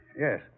Yes